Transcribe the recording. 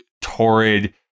torrid